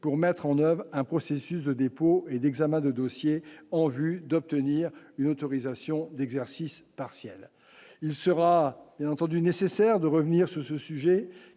pour mettre en oeuvre un processus de dépôt et d'examen de dossiers en vue d'obtenir une autorisation d'exercice partiel, il sera bien entendu nécessaire de revenir sur ce sujet